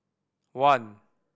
one